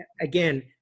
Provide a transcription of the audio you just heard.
Again